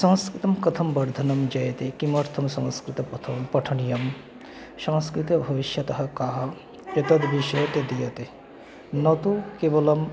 संस्कृतं कथं वर्धनं जायते किमर्थं संस्कृत पथं पठनीयं संस्कृते भविष्यत् काः एतत् विषये ते दीयते न तु केवलं